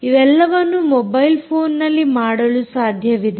ಇವೆಲ್ಲವನ್ನು ಮೊಬೈಲ್ ಫೋನ್ನಲ್ಲಿ ಮಾಡಲು ಸಾಧ್ಯವಿದೆ